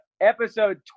episode